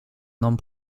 nom